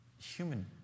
human